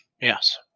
Yes